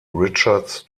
richards